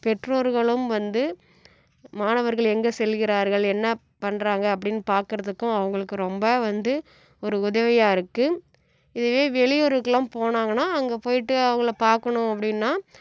பெற்றோர்களும் வந்து மாணவர்கள் எங்கே செல்கிறார்கள் என்னப் பண்ணுறாங்க அப்படின் பார்க்கறதுக்கும் அவங்களுக்கு ரொம்ப வந்து ஒரு உதவியாக இருக்குது இதுவே வெளி ஊருக்கெலாம் போனாங்கன்னால் அங்கே போயிட்டு அவங்கள பார்க்கணும் அப்படின்னா